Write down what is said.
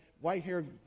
white-haired